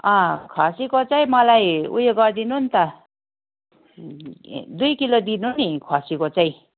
खसीको चाहिँ मलाई उयो गरिदिनु नि त दुई किलो दिनु नि खसीको चाहिँ